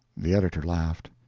the editor laughed.